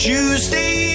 Tuesday